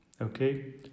Okay